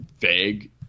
vague